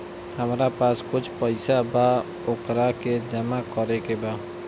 हमरा पास कुछ पईसा बा वोकरा के जमा करे के बा?